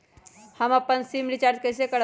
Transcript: हम अपन SIM recharge कइसे करम?